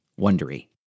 wondery